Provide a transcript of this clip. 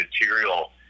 material